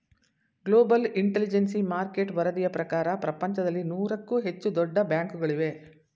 global intelligence market ವರದಿಯ ಪ್ರಕಾರ ಪ್ರಪಂಚದಲ್ಲಿ ನೂರಕ್ಕೂ ಹೆಚ್ಚು ದೊಡ್ಡ ಬ್ಯಾಂಕುಗಳಿವೆ